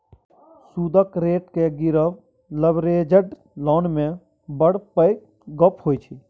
सुदक रेट केँ गिरब लबरेज्ड लोन मे बड़ पैघ गप्प होइ छै